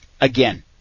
Again